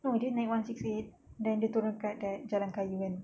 no dia naik one six eight then dia turun dekat jalan kayu kan